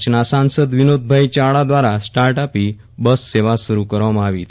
કચ્છના સાંસદ વિનોદભાઈ યાવડા દ્રારા સ્ટાર્ટપ આપી બસ સેવા શરૂ કરાવવામાં આવી હતી